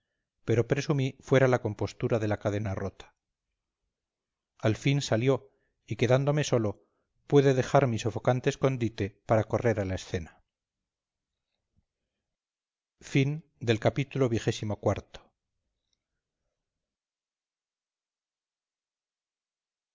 pero presumí fuera la compostura de la cadena rota al fin salió y quedándome solo pude dejar mi sofocante escondite para correr a la escena ii